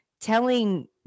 telling